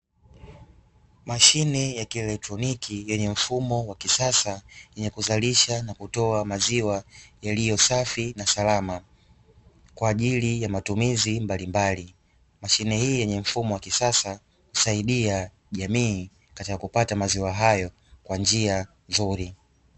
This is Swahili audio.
Mashine ya kielektroniki yenye mfumo wa kisasa, yenye kuzalisha na kutoa maziwa yaliyo safi na salama kwa ajili ya matumizi mbalimbali. Mashine hii yenye mfumo wa kisasa husaidia jamii katika kupata maziwa hayo kwa njia nzuri.